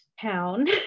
town